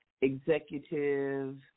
executive